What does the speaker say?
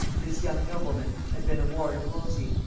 this young nobleman had been a ward of wolsey,